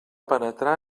penetrar